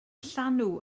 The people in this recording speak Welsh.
llanw